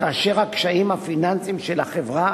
כאשר הקשיים הפיננסיים של החברה